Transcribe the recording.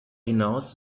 hinaus